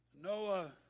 Noah